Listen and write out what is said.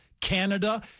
Canada